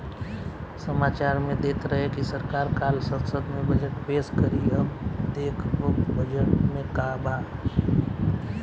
सामाचार में देत रहे की सरकार काल्ह संसद में बजट पेस करी अब देखऽ बजट में का बा